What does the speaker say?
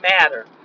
matter